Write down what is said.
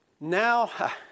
now